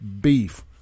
Beef